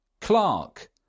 Clark